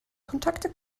kontakte